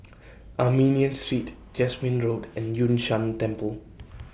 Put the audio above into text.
Armenian Street Jasmine Road and Yun Shan Temple